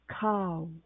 cow